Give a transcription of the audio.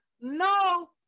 no